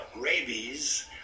rabies